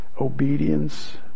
obedience